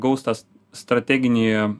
gaus tas strateginį